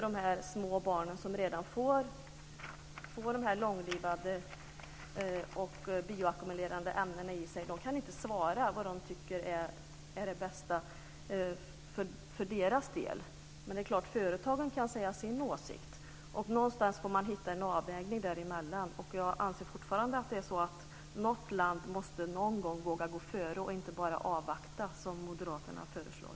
De som redan som små barn får de här långlivade och bioackumulerande ämnena i sig kan ju inte svara och säga vad de tycker är det bästa för deras del. Däremot kan företagen självfallet säga sin åsikt. Någonstans får man hitta en avvägning däremellan. Jag anser fortfarande att något land någon gång måste våga gå före och inte bara avvakta, som Moderaterna föreslår.